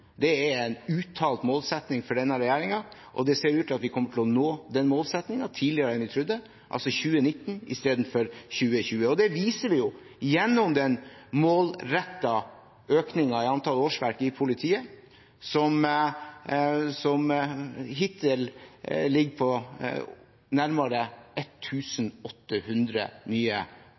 det er en uttalt målsetting for denne regjeringen, og det ser ut til at vi kommer til å nå den målsettingen tidligere enn vi trodde – i 2019 istedenfor 2020. Det viser vi jo gjennom den målrettede økningen i antallet årsverk i politiet, som hittil ligger på nærmere 1 800 nye